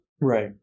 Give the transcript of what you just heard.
Right